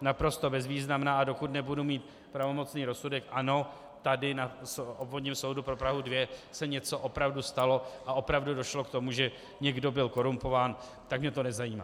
naprosto bezvýznamná, a dokud nebudu mít pravomocný rozsudek ano, tady na Obvodním soudu pro Prahu 2 se něco opravdu stalo a opravdu došlo k tomu, že někdo byl korumpován tak mě to nezajímá.